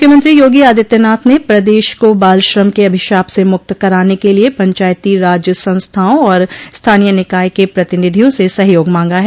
मुख्यमंत्री योगी आदित्यनाथ ने प्रदेश को बाल श्रम के अभिशाप से मुक्त कराने के लिये पंचायती राज संस्थाओं और स्थानीय निकाय के प्रतिनिधियों से सहयोग मांगा है